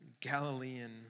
Galilean